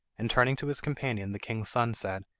and turning to his companion the king's son said,